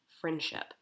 friendship